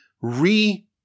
re